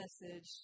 message